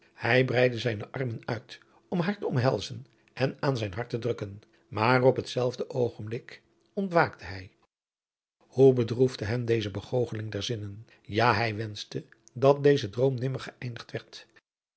hij breidde zijne armen uit om haar te omhelzen en aan zijn hart te drukken maar op dat zelfde oogenblik ontwaakte hij hoe bedroefde hem deze begoocheling der zinnen ja hij wenschte dat deze droom nimmer geëindigd